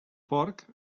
porc